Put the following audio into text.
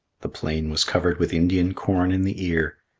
the plain was covered with indian corn in the ear,